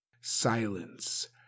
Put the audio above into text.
Silence